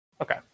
Okay